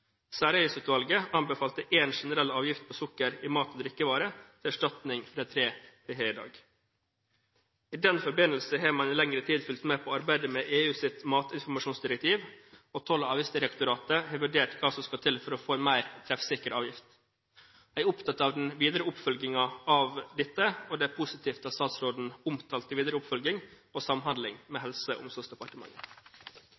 anbefalte én generell avgift på sukker i mat og drikkevarer til erstatning for de tre vi har i dag. I den forbindelse har man i lengre tid fulgt med på arbeidet med EUs matinformasjonsdirektiv, og Toll- og avgiftsdirektoratet har vurdert hva som skal til for å få en mer treffsikker avgift. Jeg er opptatt av den videre oppfølgingen av dette, og det er positivt at statsråden omtalte videre oppfølging og samhandling med